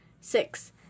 Six